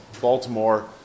Baltimore